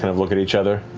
kind of look at each other.